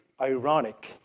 ironic